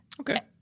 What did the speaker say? Okay